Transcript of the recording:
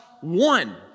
one